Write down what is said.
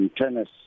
tennis